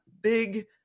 big